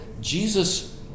Jesus